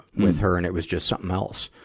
with her and it was just something else?